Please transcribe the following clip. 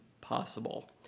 possible